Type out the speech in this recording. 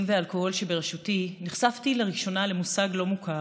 ואלכוהול שבראשותי נחשפתי למושג לא מוכר,